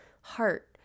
heart